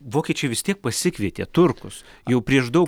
vokiečiai vis tiek pasikvietė turkus jau prieš daug